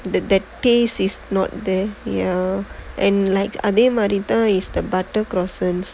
that taste is and then then அதே மாறி தான்:athae maari thaan is the butter